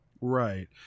Right